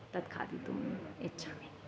तत् खादितुं इच्छामि